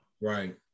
Right